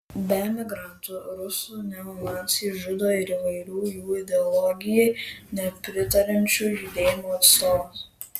be emigrantų rusų neonaciai žudo ir įvairių jų ideologijai nepritariančių judėjimų atstovus